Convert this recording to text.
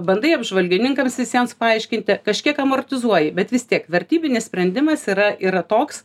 bandai apžvalgininkams visiems paaiškinti kažkiek amortizuoji bet vis tiek vertybinis sprendimas yra yra toks